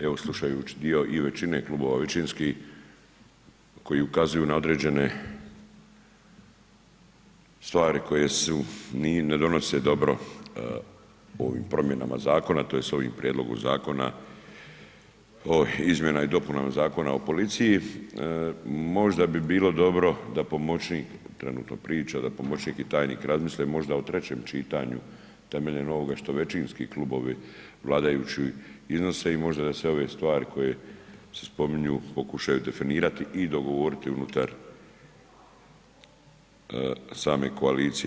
Evo slušajući dio i većine Klubova većinski koji ukazuju na određene stvari koje su, nisu, ne donose dobro ovim promjenama Zakona to jest ovim Prijedlogom Zakona o izmjenama i dopunama Zakona o policiji, možda bi bilo dobro da pomoćnik, trenutno priča, da pomoćnik i tajnik razmisle možda o trećem čitanju temeljem ovoga što većinski Klubovi, vladajući iznose i možda da se ove stvari koje se spominju pokušaju definirati i dogovoriti unutar same koalicije.